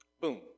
boom